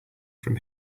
from